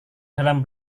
dalam